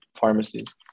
pharmacies